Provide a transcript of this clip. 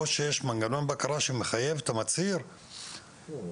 או שיש מנגנון בקרה שמחייב את המצהיר להצהיר